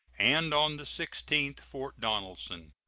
and on the sixteenth fort donelson.